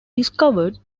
discovered